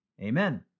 amen